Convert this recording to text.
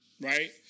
right